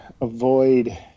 avoid